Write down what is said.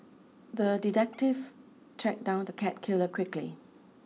the detective tracked down the cat killer quickly